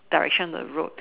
direction the road